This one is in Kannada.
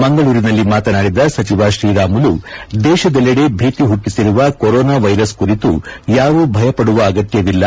ಮಂಗಳೂರಿನಲ್ಲಿ ಮಾತನಾಡಿದ ಸಚವ ಶ್ರೀರಾಮುಲು ದೇಶದಲ್ಲೆಡೆ ಭೀತಿ ಹುಟ್ಟಿಸಿರುವ ಕೊರೋನಾ ವೈರಸ್ ಕುರಿತು ಯಾರೂ ಭಯ ಪಡುವ ಅಗತ್ತವಿಲ್ಲ